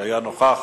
שהיה נוכח